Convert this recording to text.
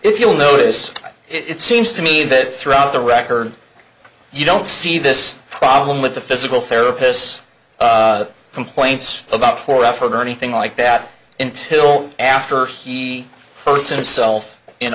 if you'll notice it seems to me that throughout the records you don't see this problem with the physical therapists complaints about your effort or anything like that until after he hurts himself in